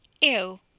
Ew